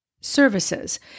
services